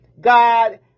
God